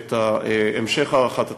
את המשך הארכת התקנה.